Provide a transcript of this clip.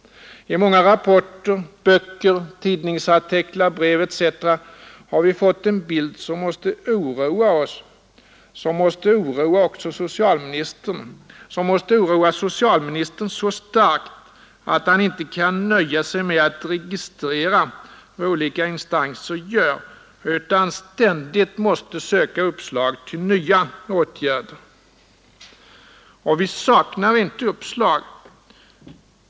I många rapporter, böcker, tidningsartiklar, brev etc. har vi fått en bild som måste oroa oss, som måste oroa också socialministern, som måste oroa socialministern så starkt att han inte kan nöja sig med att registrera vad olika instanser gör utan ständigt måste söka uppslag till nya åtgärder. Och det saknas inte uppslag.